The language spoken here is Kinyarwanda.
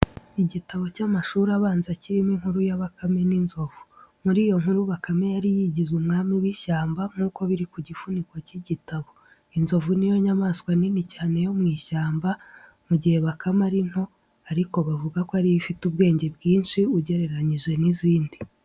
Igitabo cy'amashuri abanza kirimo inkuru ya bakame n'inzovu. Muri iyo nkuru, Bakame yari yigize umwami w'ishyamba nk'uko biri ku gifuniko cy'igitabo. Inzovu niyo nyamaswa nini cyane yo mu ishyamba, mu gihe bakame ari nto ariko bavuga ko ariyo ifite ubwenge bwinshi ugereranyije n'izindi.